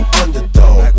underdog